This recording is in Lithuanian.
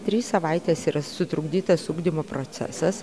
trys savaitės yra sutrukdytas ugdymo procesas